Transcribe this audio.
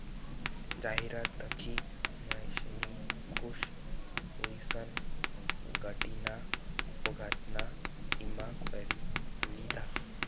जाहिरात दखी महेशनी खुश हुईसन गाडीना अपघातना ईमा करी लिधा